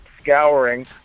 scouring